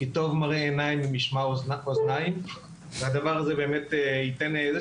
כי טוב מראה עיניים ממשמע אזניים והדבר הזה באמת ייתן איזו